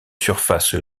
surface